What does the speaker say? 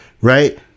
right